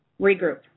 regroup